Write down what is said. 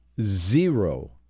zero